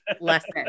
lesson